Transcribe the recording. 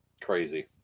crazy